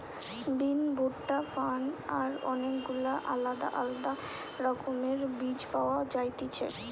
বিন, ভুট্টা, ফার্ন আর অনেক গুলা আলদা আলদা রকমের বীজ পাওয়া যায়তিছে